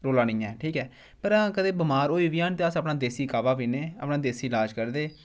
रौला नी ऐ ठीक ऐ पर हां कदें बमार होऐ बी हैन अस अपना देसी काह्वा पीन्ने अपना देसी लाज करदे